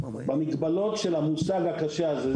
במגבלות של המושג הקשה הזה,